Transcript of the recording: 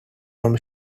from